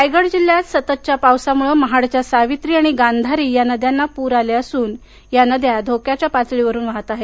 रायगड जिल्ह्यात सततच्या पावसामुळे महाडच्या सावित्री आणि गांधारी या नद्यांना पूर आले असून या नद्या धोक्याच्या खूणेवरून वाहत आहेत